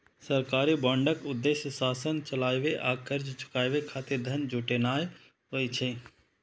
सरकारी बांडक उद्देश्य शासन चलाबै आ कर्ज चुकाबै खातिर धन जुटेनाय होइ छै